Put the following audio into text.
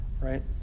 right